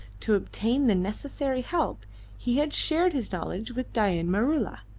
to obtain the necessary help he had shared his knowledge with dain maroola,